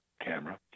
camera